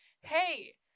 hey